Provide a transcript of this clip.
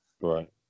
Right